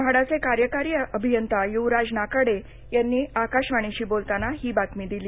म्हाडाचे कार्यकारी अभियंता य्वराज नाकाडे यांनी आकाशवाणीशी बोलताना ही बातमी दिली